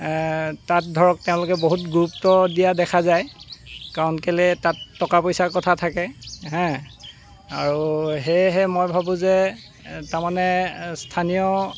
তাত ধৰক তেওঁলোকে বহুত গুৰুত্ব দিয়া দেখা যায় কাৰণ কেলে তাত টকা পইচাৰ কথা থাকে আৰু সেয়েহে মই ভাবো যে তাৰমানে স্থানীয়